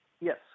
Yes